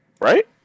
Right